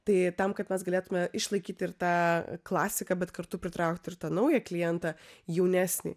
tai tam kad mes galėtume išlaikyti ir tą klasiką bet kartu pritraukti ir tą naują klientą jaunesnį